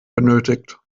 benötigt